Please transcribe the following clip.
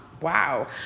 wow